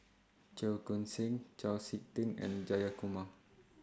Cheong Koon Seng Chau Sik Ting and Jayakumar